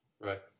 Right